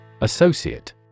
Associate